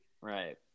Right